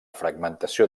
fragmentació